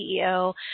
CEO